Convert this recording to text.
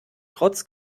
trotz